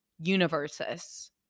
universes